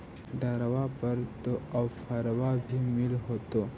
ट्रैक्टरबा पर तो ओफ्फरबा भी मिल होतै?